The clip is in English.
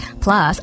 Plus